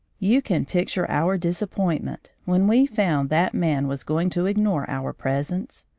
you can picture our disappointment when we found that man was going to ignore our presence.